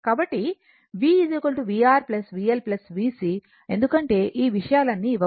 కాబట్టి V vR VL VC ఎందుకంటే ఈ విషయాలన్నీ ఇవ్వబడ్డాయి